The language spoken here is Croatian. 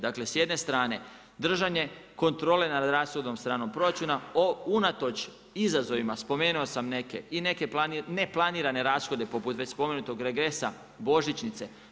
Dakle s jedne strane držane kontrole nad rashodovnom stranom proračuna o unatoč izazovima, spomenuo sam neke i neke neplanirane rashode poput već spomenutog regresa, Božićnice.